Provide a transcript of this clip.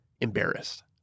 embarrassed